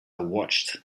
watched